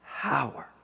power